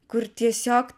kur tiesiog